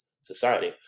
society